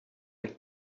een